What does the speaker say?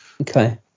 Okay